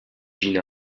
gina